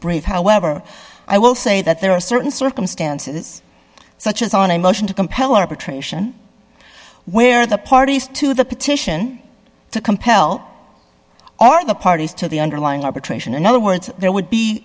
brave however i will say that there are certain circumstances such as on a motion to compel arbitration where the parties to the petition to compel are the parties to the underlying arbitration in other words there would be